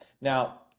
Now